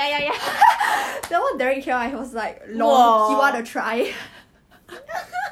crop top 罢了 eh 不是 tank top 还是什么 tank top 可以 cropped top 不可以